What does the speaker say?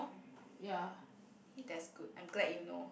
that's good I'm glad you know